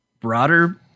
broader